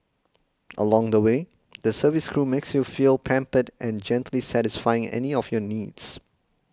along the way the service crew makes you feel pampered and gently satisfying any of your needs